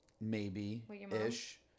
Maybe-ish